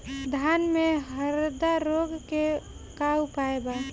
धान में हरदा रोग के का उपाय बा?